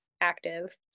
active